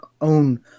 own